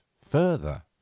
further